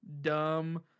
dumb